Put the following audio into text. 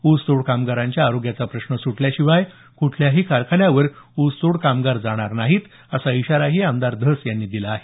ऊसतोड कामगारांच्या आरोग्याचा प्रश्न स्टल्याशिवाय क्ठल्याही कारखान्यावर ऊसतोड कामगार जाणार नाहीत असा इशाराही आमदार धस यांनी दिला आहे